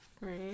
Right